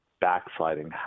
backsliding